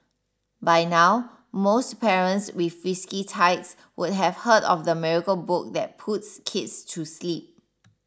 by now most parents with frisky tykes would have heard of the miracle book that puts kids to sleep